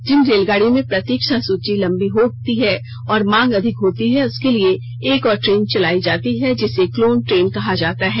जिन रेलगांडियों में प्रतीक्षा सूची लंबी होती है और मांग अधिक होती है उसके लिये एक और ट्रेन चलायी जाती है जिसे क्लोन ट्रेन कहा जाता है